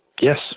Yes